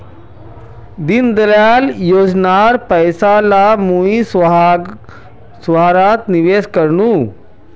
दीनदयाल योजनार पैसा स मुई सहारात निवेश कर नु